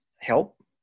help